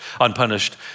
unpunished